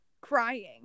crying